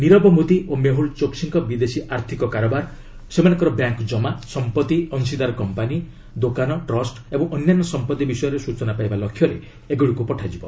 ନିରବ ମୋଦି ଓ ମେହୁଲ୍ ଚୋକସିଙ୍କ ବିଦେଶୀ ଆର୍ଥକ କାରବାର ସେମାନଙ୍କର ବ୍ୟାଙ୍କ୍ ଜମା ସମ୍ପତ୍ତି ଅଂଶୀଦାର କମ୍ପାନୀ ଦୋକାନ ଟ୍ରଷ୍ଟ ଏବଂ ଅନ୍ୟାନ୍ୟ ସମ୍ପତ୍ତି ବିଷୟରେ ସୂଚନା ପାଇବା ଲକ୍ଷ୍ୟରେ ଏଗୁଡ଼ିକୁ ପଠାଯିବ